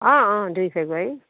অঁ অঁ দুই ফেব্ৰুৱাৰী